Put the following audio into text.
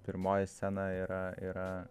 pirmoji scena yra yra